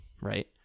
right